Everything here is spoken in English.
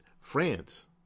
France